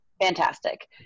Fantastic